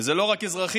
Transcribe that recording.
וזה לא רק אזרחים.